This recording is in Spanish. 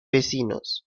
vecinos